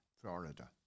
Florida